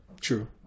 True